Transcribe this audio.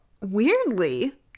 weirdly